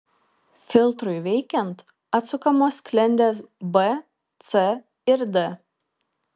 filtrui veikiant atsukamos sklendės b c ir d